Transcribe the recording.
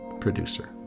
producer